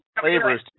Flavors